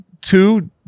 Two